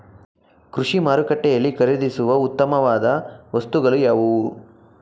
ಕೃಷಿ ಮಾರುಕಟ್ಟೆಯಲ್ಲಿ ಖರೀದಿಸುವ ಉತ್ತಮವಾದ ವಸ್ತುಗಳು ಯಾವುವು?